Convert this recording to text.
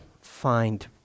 find